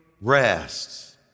rests